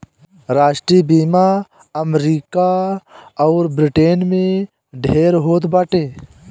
राष्ट्रीय बीमा अमरीका अउर ब्रिटेन में ढेर होत बाटे